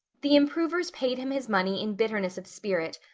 the improvers paid him his money in bitterness of spirit,